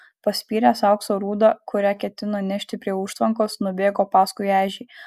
paspyręs aukso rūdą kurią ketino nešti prie užtvankos nubėgo paskui ežį